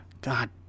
God